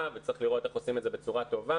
וצריך לראות איך עושים את זה בצורה טובה,